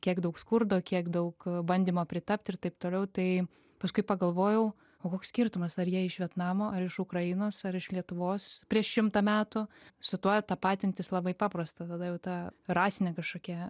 kiek daug skurdo kiek daug bandymo pritapt ir taip toliau tai paskui pagalvojau o koks skirtumas ar jie iš vietnamo ar iš ukrainos ar iš lietuvos prieš šimtą metų su tuo tapatintis labai paprasta tada jau ta rasinė kažkokia